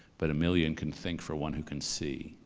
but a million can think for one who can see.